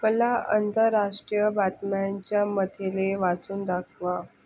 मला आंतरराष्ट्रीय बातम्यांच्या मथळे वाचून दाखवा